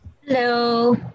Hello